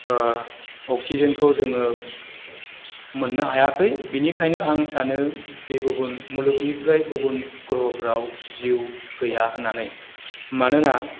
अक्सिजेनखौ जोङो मोननो हायाखै बिनिखायनो आं सानो बे गुबुन मुलुगनिफ्राय गुबुन ग्रहफोराव जिउ गैया होननानै मानोना